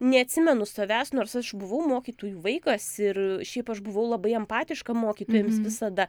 neatsimenu savęs nors aš buvau mokytojų vaikas ir šiaip aš buvau labai empatiška mokytojams visada